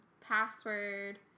password